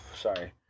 sorry